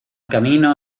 camino